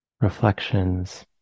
reflections